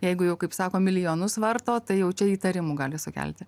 jeigu jau kaip sako milijonus varto tai jau čia įtarimų gali sukelti